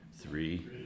Three